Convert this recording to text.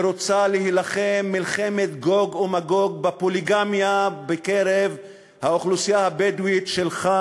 שרוצה להילחם מלחמת גוג ומגוג בפוליגמיה בקרב האוכלוסייה הבדואית שלך